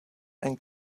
and